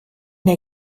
der